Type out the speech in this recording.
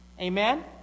Amen